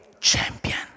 champion